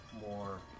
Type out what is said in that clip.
more